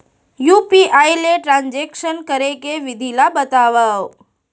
UPI ले transaction करे के विधि ला बतावव?